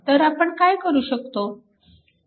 तर आपण काय करू शकतो